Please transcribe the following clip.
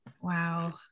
Wow